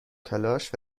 تلاش